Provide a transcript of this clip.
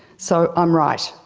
so, i'm right.